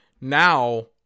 now